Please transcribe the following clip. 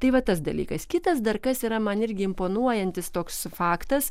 tai va tas dalykas kitas dar kas yra man irgi imponuojantis toks faktas